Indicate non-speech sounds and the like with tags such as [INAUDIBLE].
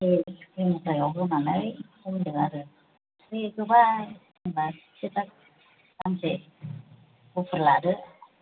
दैनि सायाव होनानै संगोन आरो [UNINTELLIGIBLE] गोबां सानसे हरसे लादो